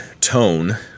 tone